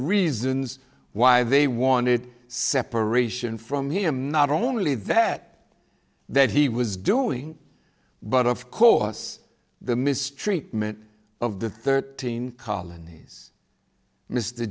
reasons why they wanted separation from him not only that that he was doing but of course the mistreatment of the thirteen colonies m